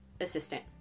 assistant